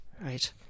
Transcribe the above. right